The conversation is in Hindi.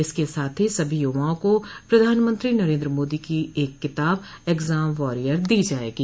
इसके साथ ही सभी युवाओं को प्रधानमंत्री नरेन्द्र मोदी की एक किताब एग्जाम वॉरियर दी जायेगी